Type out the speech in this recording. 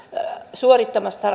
suorittamasta